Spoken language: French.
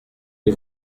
les